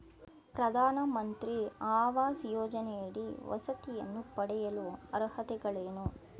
ಪ್ರಧಾನಮಂತ್ರಿ ಆವಾಸ್ ಯೋಜನೆಯಡಿ ವಸತಿಯನ್ನು ಪಡೆಯಲು ಅರ್ಹತೆಗಳೇನು?